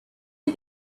had